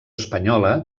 espanyola